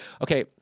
Okay